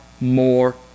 more